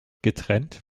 getrennt